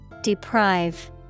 Deprive